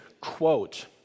Quote